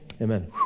Amen